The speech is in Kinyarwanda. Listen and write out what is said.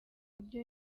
buryo